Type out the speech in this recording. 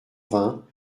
vingt